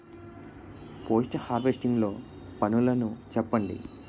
Post harvesting లో పనులను చెప్పండి?